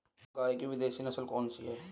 गाय की विदेशी नस्ल कौन सी है?